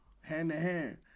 Hand-to-hand